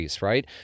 Right